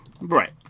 Right